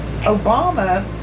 Obama